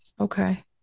Okay